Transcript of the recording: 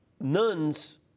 nuns